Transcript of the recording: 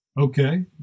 Okay